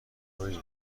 تویه